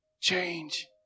Change